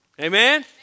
Amen